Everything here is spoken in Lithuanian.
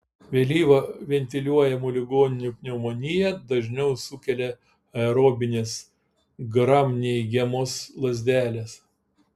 vėlyvą ventiliuojamų ligonių pneumoniją dažniau sukelia aerobinės gramneigiamos lazdelės